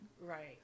Right